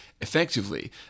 effectively